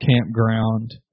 campground